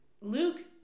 luke